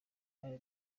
mwari